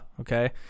okay